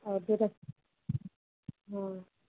और फिर हाँ